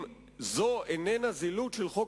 פעם שנייה אנחנו גורמים לזילות של חוק-יסוד